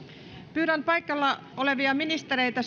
pyydän paikalla olevia ministereitä